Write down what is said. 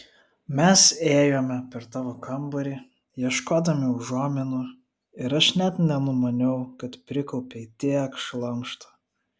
mes ėjome per tavo kambarį ieškodami užuominų ir aš net nenumaniau kad prikaupei tiek šlamšto